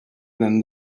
than